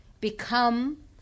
become